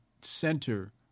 center